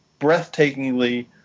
breathtakingly